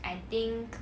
I think